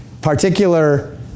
particular